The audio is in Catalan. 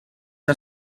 que